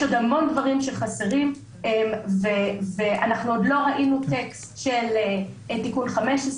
יש עוד המון דברים שחסרים ואנחנו עוד לא ראינו טקסט של תיקון 15,